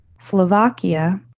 Slovakia